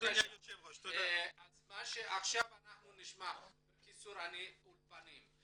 עכשיו נשמע בקיצור את האולפנים.